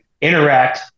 interact